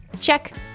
Check